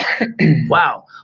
wow